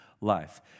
life